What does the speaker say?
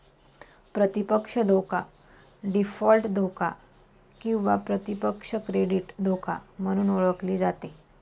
प्रतिपक्ष धोका डीफॉल्ट धोका किंवा प्रतिपक्ष क्रेडिट धोका म्हणून ओळखली जाते